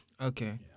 Okay